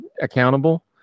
accountable